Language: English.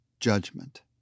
judgment